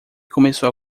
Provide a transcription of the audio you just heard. começou